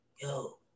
Yo